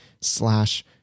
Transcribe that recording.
slash